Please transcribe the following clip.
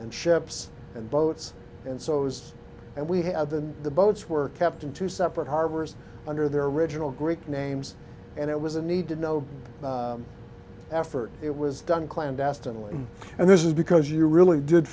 and ships and boats and so it was and we had been the boats were kept in two separate harbors under their original greek names and it was a needed no effort it was done clandestinely and this is because you really did